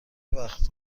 وقت